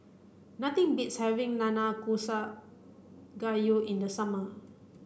nothing beats having Nanakusa Gayu in the summer